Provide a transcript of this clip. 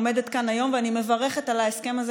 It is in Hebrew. עומדת כאן היום ואני מברכת על ההסכם הזה,